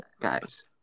guys